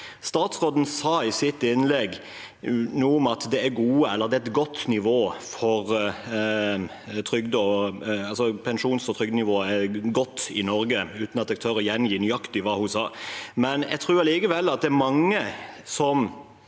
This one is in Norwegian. Statsråden sa i sitt innlegg noe om at pensjons- og trygdenivået er godt i Norge – uten at jeg tør å gjengi nøyaktig hva hun sa – men jeg tror likevel at de som